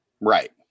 Right